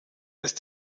ist